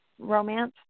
romance